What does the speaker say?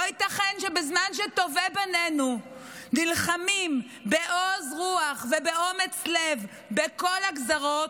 לא ייתכן שבזמן שטובי בנינו נלחמים בעוז רוח ובאומץ לב בכל הגזרות,